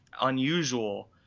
unusual